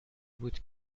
بود